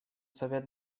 совет